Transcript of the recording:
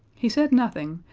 he said nothing,